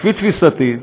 לפי תפיסתי,